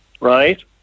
right